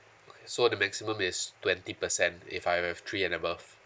okay so the maximum is twenty percent if I have three and above